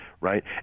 right